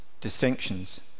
distinctions